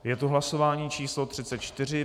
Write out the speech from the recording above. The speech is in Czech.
Je to hlasování číslo 34.